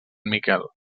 miquel